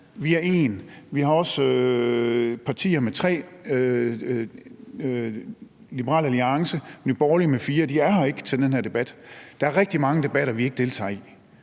Liberal Alliance med tre mandater og Nye Borgerlige med fire, og de er her ikke til den her debat. Der er rigtig mange debatter, vi ikke deltager i.